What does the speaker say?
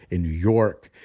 in new york,